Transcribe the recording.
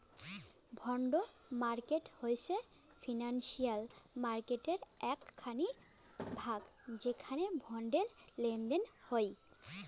bond market হই financial মার্কেটের এক খানি ভাগ যেখানে বন্ডের লেনদেন হই